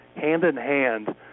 hand-in-hand